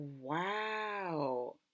wow